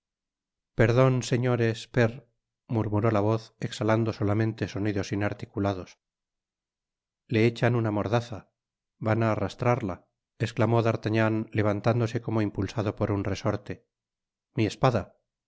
perdon señores per murmuró la voz exhalando solamente sonidos inarticulados le echan una mordaza van á arrastrarla esclamó d'artagnau levantándose como impulsado por un resorte mi espada